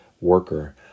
worker